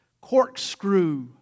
Corkscrew